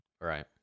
Right